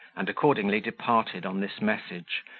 and accordingly departed on this message,